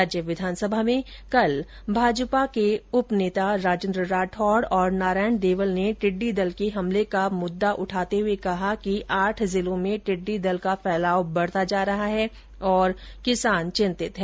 राज्य विधानसभा में कल भाजपा नेता राजेंद्र राठौड तथा नारायण देवल ने टिड्डी दल के हमले का मुद्दा उठाते हुए कहा कि आठ जिलों में टिड्डी दल का फैलाव बढता जा रहा है और किसान चिंतित हैं